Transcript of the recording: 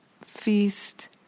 feast